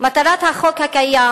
מטרת החוק הקיים